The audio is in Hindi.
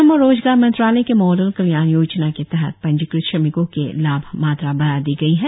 श्रम और रोजगार मंत्रालय के मॉडल कल्याण योजना के तहत पंजीकृत श्रमिको के लाभ मात्रा बढ़ा दी गई है